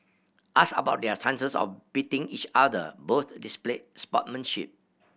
asked about their chances of beating each other both displayed sportsmanship